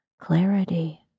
clarity